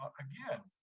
again,